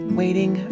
waiting